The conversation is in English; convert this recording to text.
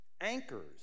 anchors